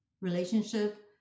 relationship